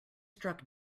struck